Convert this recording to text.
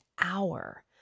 hour